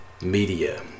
media